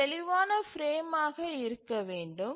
ஒரு தெளிவான பிரேம் ஆக இருக்க வேண்டும்